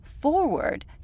forward